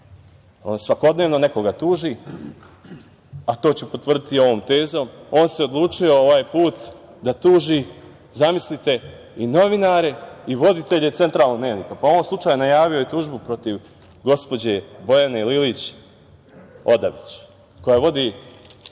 svakodnevno nekoga tuži, a to ću potvrditi ovom tezom. On se odlučio ovaj put da tuži, zamislite i novinare i voditelje centralnog dnevnika. U ovom slučaju, najavio je tužbu protiv gospođe Bojane Lilić Odavić, koja vodi